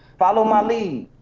follow my lead.